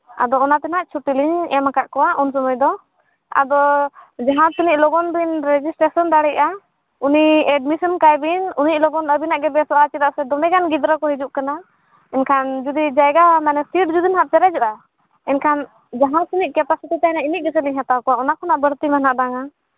ᱟᱫᱚ ᱚᱱᱟ ᱛᱮᱱᱟᱜ ᱪᱷᱩᱴᱤ ᱞᱤᱧ ᱮᱢᱟᱠᱟᱫ ᱠᱚᱣᱟ ᱩᱱ ᱥᱚᱢᱚᱭ ᱫᱚ ᱟᱫᱚ ᱡᱟᱦᱟᱸᱛᱤᱱᱟᱹᱜ ᱞᱚᱜᱚᱱ ᱵᱤᱱ ᱨᱮᱡᱤᱥᱴᱮᱥᱚᱱ ᱫᱟᱲᱮᱭᱟᱜᱼᱟ ᱩᱱᱤ ᱮᱰᱢᱤᱥᱚᱱ ᱠᱟᱭᱵᱤᱱ ᱩᱱᱟᱹᱜ ᱞᱚᱜᱚᱱ ᱟᱹᱵᱤᱱᱟᱜ ᱜᱮ ᱵᱮᱥᱚᱜᱼᱟ ᱪᱮᱫᱟᱜ ᱥᱮ ᱫᱚᱢᱮ ᱜᱟᱱ ᱜᱤᱫᱽᱨᱟᱹ ᱠᱚ ᱦᱤᱡᱩᱜ ᱠᱟᱱᱟ ᱮᱱᱠᱷᱟᱱ ᱡᱩᱫᱤ ᱡᱟᱭᱜᱟ ᱢᱟᱱᱮ ᱥᱤᱴ ᱡᱩᱫᱤ ᱱᱟᱜ ᱯᱮᱨᱮᱡᱚᱜᱼᱟ ᱮᱱᱠᱷᱟᱱ ᱡᱟᱦᱟᱸ ᱛᱤᱱᱟᱹᱜ ᱠᱮᱯᱟᱥᱤᱴᱤ ᱛᱟᱦᱮᱱᱟ ᱤᱱᱟᱹᱜ ᱜᱮᱥᱮᱞᱤᱧ ᱦᱟᱛᱟᱣ ᱠᱚᱣᱟ ᱚᱱᱟ ᱠᱷᱚᱱᱟᱜ ᱵᱟᱹᱲᱛᱤ ᱢᱟᱱᱟᱦᱟᱜ ᱵᱟᱝᱟ